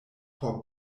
por